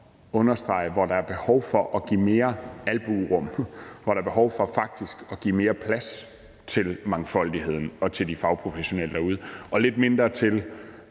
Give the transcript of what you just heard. understrege, hvor der er behov for at give mere albuerum, hvor der er behov for faktisk at give mere plads til mangfoldigheden og til de fagprofessionelle derude og lidt mindre til